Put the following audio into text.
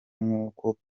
nk’uko